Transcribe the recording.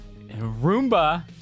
Roomba